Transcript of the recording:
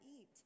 eat